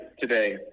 today